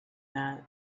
that